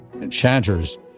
enchanters